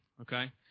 okay